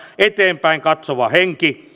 eteenpäin katsova henki